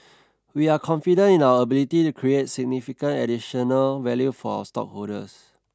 we are confident in our ability to create significant additional value for stockholders